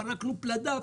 פרקנו פלדה,